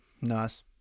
Nice